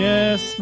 Yes